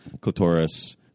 Clitoris